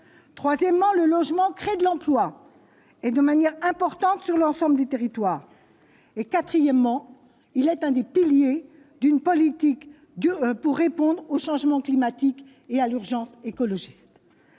Troisièmement, le logement, crée de l'emploi et de manière importante sur l'ensemble du territoire et quatrièmement, il est un des piliers d'une politique du pour répondre au changement climatique et à l'urgence écologiste